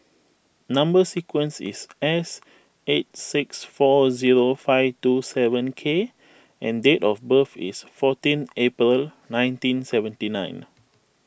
Number Sequence is S eight six four zero five two seven K and date of birth is fourteen April nineteen seventy nine